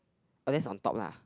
oh that's on top lah